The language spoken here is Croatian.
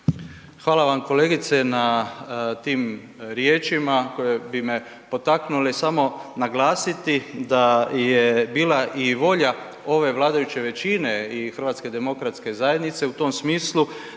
Hvala vam kolegice na tim riječima koje bi me potaknule, samo naglasiti da je bila i volja ove vladajuće većine i HDZ-a u tom smislu